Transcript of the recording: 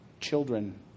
children